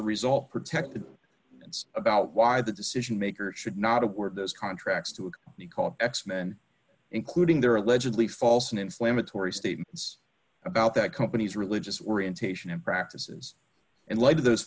to result protected and about why the decision makers should not a word those contracts to it he called x men including their allegedly false and inflammatory statements about that company's religious orientation and practices in light of those